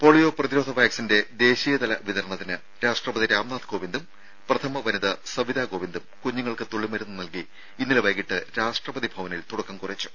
polio പ്രതിരോധ വാക്സിന്റെ ദേശീയതല വിതരണത്തിന് രാഷ്ട്രപതി രാം നാഥ് പ്രഥമ വനിത സവിത കോവിന്ദും കുഞ്ഞുങ്ങൾക്ക് കോവിന്ദും തുള്ളിമരുന്ന് നൽകി ഇന്നലെ വൈകിട്ട് രാഷ്ട്രപതി ഭവനിൽ തുടക്കം കുറിച്ചു